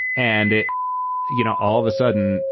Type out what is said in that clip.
and it you know, all of a sudden,